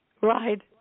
right